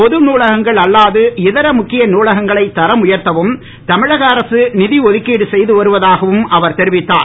பொது நூலகங்கள் அல்லாது இதர முக்கிய நூலகங்களை தரம் உயர்த்தவும் தமிழக அரக நிதி ஒதுக்கிடு செய்து வருவதாகவும் அவர் தெரிவித்தார்